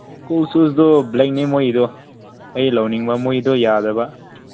school ꯁꯨꯁꯇꯨ ꯕ꯭ꯂꯦꯛꯅꯤ ꯃꯣꯏꯗꯨ ꯑꯩ ꯂꯧꯅꯤꯡꯕ ꯃꯣꯏꯗꯣ ꯌꯥꯗꯕ